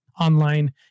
online